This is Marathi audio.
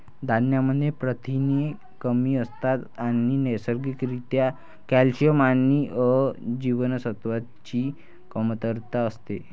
धान्यांमध्ये प्रथिने कमी असतात आणि नैसर्गिक रित्या कॅल्शियम आणि अ जीवनसत्वाची कमतरता असते